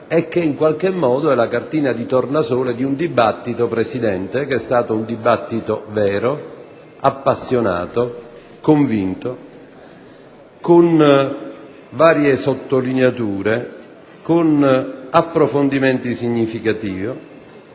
e che, in qualche modo, è la cartina di tornasole di un dibattito che è stato vero, appassionato, convinto, con varie sottolineature ed approfondimenti significativi,